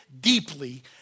deeply